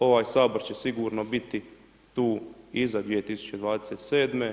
Ovaj Sabor će sigurno biti tu iza 2027.